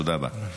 תודה רבה.